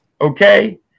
Okay